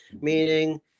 meaning